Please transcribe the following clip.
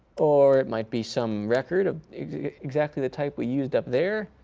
or it might be some record of exactly the type we used up there.